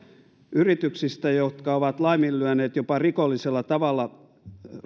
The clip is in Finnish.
yrityksistä jotka ovat laiminlyöneet jopa rikollisella tavalla